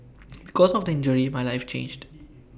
because of the injury my life changed